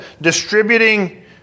distributing